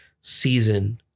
season